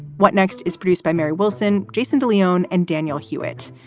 what next is produced by mary wilson, jason de leon and daniel hewett.